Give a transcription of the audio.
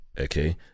okay